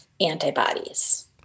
antibodies